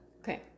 Okay